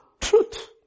truth